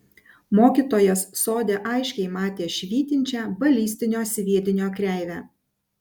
mokytojas sode aiškiai matė švytinčią balistinio sviedinio kreivę